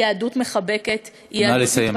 היא יהדות מחבקת, נא לסיים.